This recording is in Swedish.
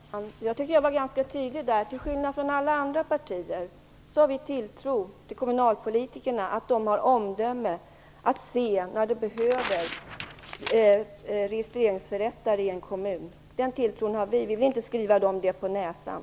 Herr talman! Jag tycker att jag var ganska tydlig. Till skillnad från alla andra partier har vi tilltro till kommunalpolitikerna. De har omdöme att avgöra när det behövs registreringsförrättare i en kommun. Den tilltron har vi. Vi vill inte skriva dem det på näsan.